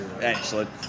excellent